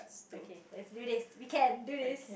okay let's do this we can do this